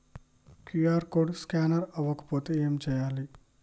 QR code scanner అవ్వకపోతే ఏం చేయాలి?